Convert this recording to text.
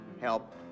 help